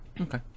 Okay